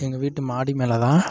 எங்கள் வீட்டு மாடி மேலேதான்